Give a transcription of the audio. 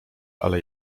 ale